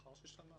לאחר ששמע.